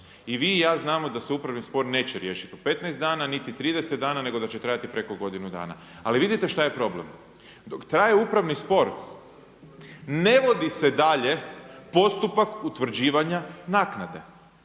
I vi i ja znamo da se upravni spor neće riješiti u 15 dana niti 30 nego da će trajati preko godinu dana, ali vidite šta je problem, dok traje upravni spor ne vodi se dalje postupak utvrđivanja naknade